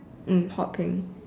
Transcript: mm hot pink